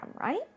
right